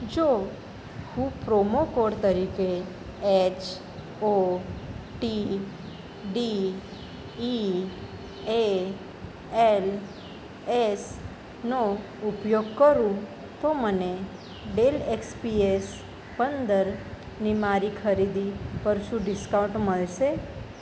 જો હું promo code તરીકે H O T D E A L એસનો ઉપયોગ કરું તો મને ડેલ એક્સપી એસ પંદર ની મારી ખરીદી પર શું ડિસ્કાઉન્ટ મળશે